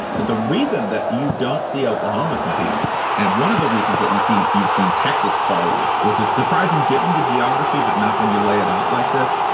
the reason that you don't see oklahoma competing and one of the reasons that you see you've seen texas fall off, which is surprising given the geography, but not when you lay it out like this,